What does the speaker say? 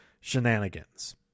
shenanigans